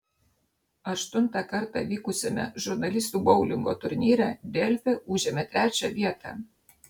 aštuntą kartą vykusiame žurnalistų boulingo turnyre delfi užėmė trečią vietą